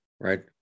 right